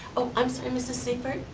oh, i'm sorry mrs seifert.